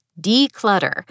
Declutter